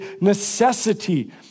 necessity